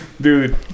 dude